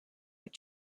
your